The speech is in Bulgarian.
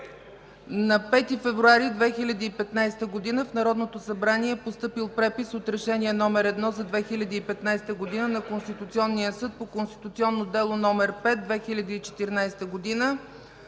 На 5 февруари 2015 г. в Народното събрание е постъпил препис от Решение № 1 за 2015 г. на Конституционния съд по Конституционно дело № 5/2014 г.